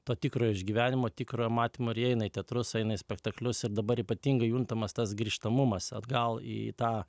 to tikro išgyvenimo tikrojo matymo ir jie eina į teatrus eina į spektaklius ir dabar ypatingai juntamas tas grįžtamumas atgal į tą